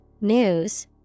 news